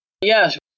Yes